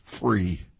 free